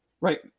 right